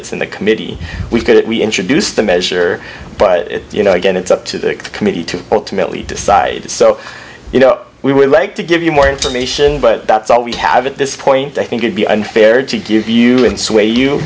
it's in the committee we've got it we introduced a measure but you know again it's up to the committee to ultimately decide so you know we would like to give you more information but that's all we have at this point i think you'd be unfair to give you an sway you